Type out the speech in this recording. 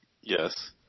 Yes